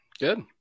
Good